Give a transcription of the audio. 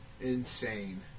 insane